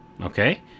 Okay